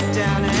down